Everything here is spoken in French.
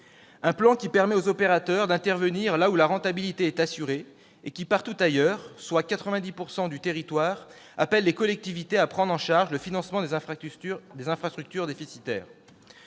Un plan qui permet aux opérateurs d'intervenir là où la rentabilité est assurée et qui partout ailleurs, soit 90 % du territoire, appelle les collectivités à prendre en charge le financement des infrastructures déficitaires.